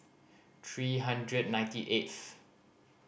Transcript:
three hundred ninety eighth